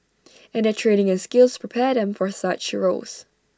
and their training and skills prepare them for such roles